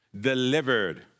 Delivered